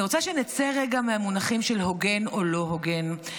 אני רוצה שנצא רגע מהמונחים של הוגן או לא הוגן,